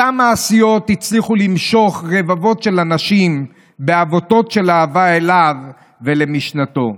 אותן מעשיות הצליחו למשוך רבבות של אנשים בעבותות של אהבה אליו ולמשנתו.